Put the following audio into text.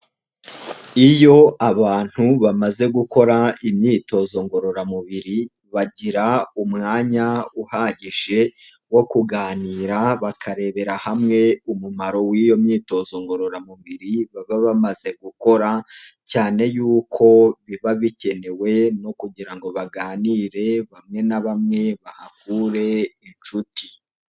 Iyo abantu bamaze gukora imyitozo ngororamubiri bagira umwanya uhagije wo kuganira bakarebera hamwe umumaro w'iyo myitozo ngororamubiri baba bamaze gukora cyane yuko biba bikenewe no kugira ngo baganire bamwe na bamwe bahakure inshuti.